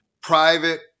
private